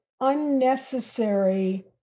unnecessary